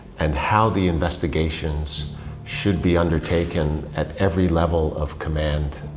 and how the investigations should be undertaken at every level of command